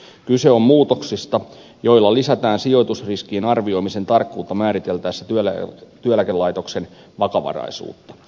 kyse on muutoksista joilla lisätään sijoitusriskien arvioimisen tarkkuutta määriteltäessä työeläkelaitoksen vakavaraisuutta